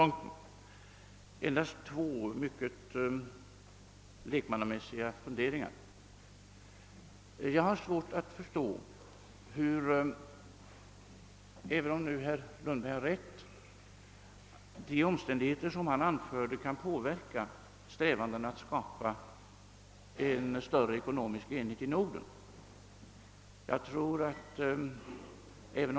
Jag skall endast framföra två mycket lekmannamässiga funderingar. Även om herr Lundberg i och för sig hade rätt, har jag svårt att förstå hur de omständigheter som han anförde kan påverka strävandena att skapa en större ekonomisk enhet i Norden.